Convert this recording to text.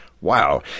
Wow